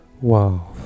Wow